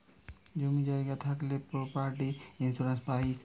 জমি জায়গা থাকলে প্রপার্টি ইন্সুরেন্স পাইতিছে